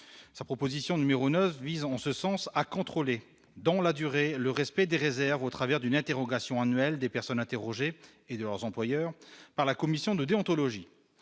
sa proposition numéro 9 vise en ce sens à contrôler dans la durée, le respect des réserves au travers d'une interrogation annuel des personnes interrogées et leurs employeurs, par la commission de déontologie